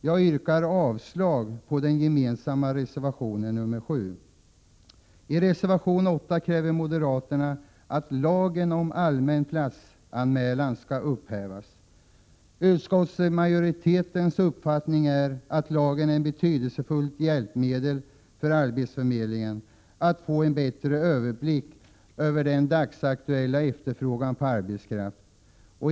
Jag yrkar avslag på den gemensamma reservationen nr Fe I reservation 8 kräver moderaterna att lagen om allmän platsanmälan skall upphävas. Utskottsmajoritetens uppfattning är att lagen är ett betydelsefullt hjälpmedel för arbetsförmedlingen då det gäller att få en bättre överblick över den dagsaktuella efterfrågan på arbetskraft.